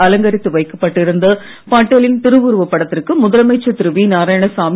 அலங்கரித்து வைக்கப்பட்டிருந்த பட்டேலின் திருவுருவப் படத்திற்கு முதலமைச்சர் திரு வி நாராயணசாமி